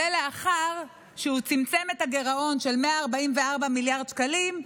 לאחר שהוא צמצם את הגירעון של 144 מיליארד השקלים,